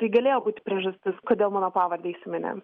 tai galėjo būti priežastis kodėl mano pavardę įsiminė